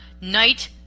night